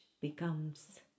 becomes